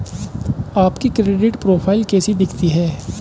आपकी credit profile कैसी दिखती है?